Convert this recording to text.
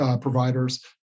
providers